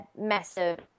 massive